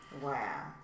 Wow